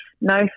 No